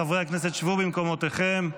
חברי הכנסת, שבו במקומותיכם.